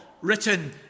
written